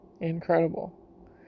incredible